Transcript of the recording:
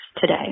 today